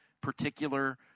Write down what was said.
particular